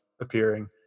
appearing